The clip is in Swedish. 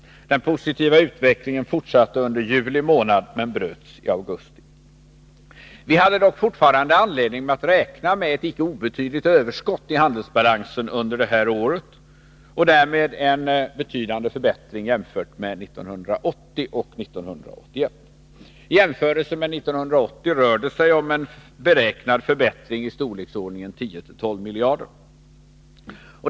Den positiva utvecklingen fortsatte under juli månad men bröts i augusti. Vi hade dock fortfarande anledning att räkna med ett icke obetydligt överskott i handelsbalansen under 1982 och därmed en betydande förbättring jämfört med 1981 och 1980. I jämförelse med 1980 rör det sig om en beräknad förbättring i storleksordningen 10-12 miljarder.